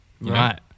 Right